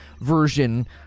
version